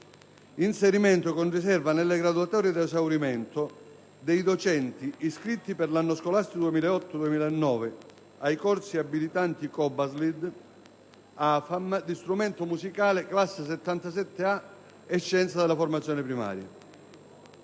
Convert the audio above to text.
inserimento con riserva nelle graduatorie ad esaurimento dei docenti iscritti per l'anno scolastico 2008-2009 ai corsi abilitanti COBASLID, AFAM di strumento musicale (classe 77/A) e Scienze della formazione primaria;